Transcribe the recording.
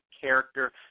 character